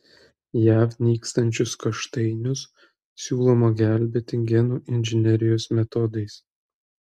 jav nykstančius kaštainius siūloma gelbėti genų inžinerijos metodais